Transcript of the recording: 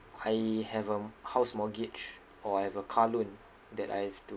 I have a m~ house mortgage or I have a car loan that I have to